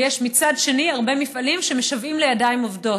ומצד שני יש הרבה מפעלים שמשוועים לידיים עובדות,